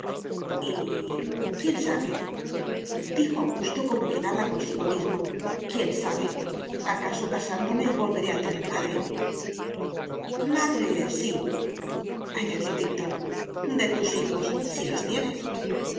quién sabe dijo augusto como quien habla consigo mismo quién sabe acaso casándome volveré a tener madre madre síañadió víctor de tus hijos si los tienes